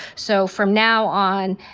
so from now on,